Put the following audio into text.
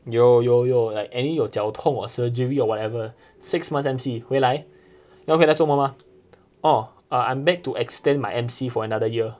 有有有 like any 有脚通 surgery or whatever six months M_C 回来要 hear 他说什么吗 oh uh I'm back to extend my M_C for another year